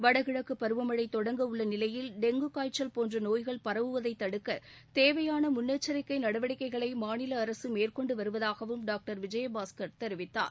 வடகிழக்குப் பருவமழை தொடங்க உள்ள நிலையில் டெங்கு காய்ச்சல் போன்ற நோய்கள் பரவுவதைத் தடுக்க தேவையான முன்னெச்சரிக்கை நடவடிக்கைகளை மாநில அரசு மேற்கொண்டு வருவதாகவும் டாக்டர் விஜயபாஸ்கர் தெரிவித்தார்